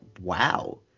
wow